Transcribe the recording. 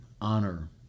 honor